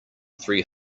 three